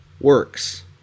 works